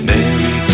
Mary